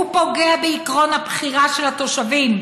הוא פוגע בעקרון הבחירה של התושבים,